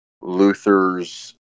Luther's